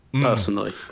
personally